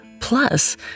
Plus